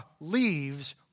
leaves